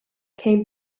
came